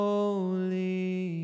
Holy